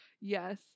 yes